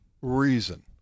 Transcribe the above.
reason